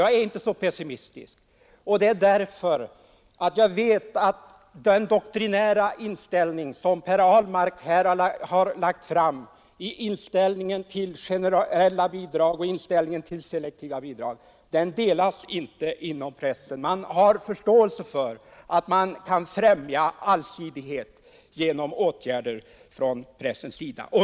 Jag är inte så pessimistisk, därför att jag vet att den doktrinära inställning som herr Ahlmark här redovisat i fråga om generella bidrag och selektiva bidrag inte delas inom pressen. Man har förståelse för främjande av allsidighet genom åtgärder från statsmakternas sida.